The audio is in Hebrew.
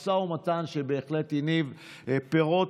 משא ומתן שבהחלט הניב פירות.